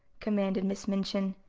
commanded miss minchin,